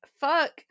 fuck